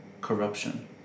corruption